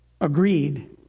agreed